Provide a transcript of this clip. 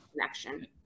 connection